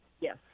yes